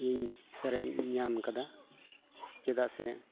ᱤᱧ ᱥᱟᱨᱮᱡ ᱤᱧ ᱧᱟᱢ ᱟᱠᱟᱫᱟ ᱪᱮᱫᱟᱜ ᱥᱮ